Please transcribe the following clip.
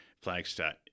Flagstaff